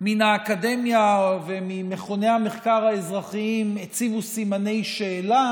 מן האקדמיה וממכוני המחקר האזרחיים הציבו סימני שאלה